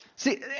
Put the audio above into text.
See